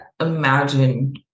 imagine